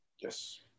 Yes